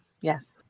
Yes